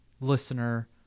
listener